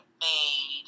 made